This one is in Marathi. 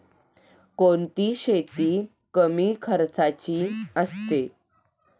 कोणती शेती कमी खर्चाची असते?